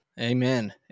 Amen